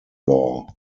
law